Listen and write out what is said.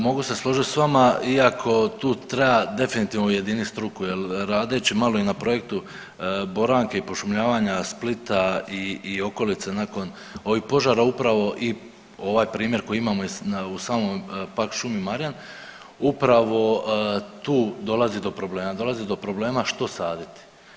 Mogu se složit sa vama iako tu treba definitivno ujedinit struku jer radeći malo i na projektu boranke i pošumljavanja Splita i okolice nakon ovih požara upravo i ovaj primjer koji imamo u samoj park šumi Marjan upravo tu dolazi do problema, dolazi do problema što saditi.